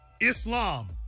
Islam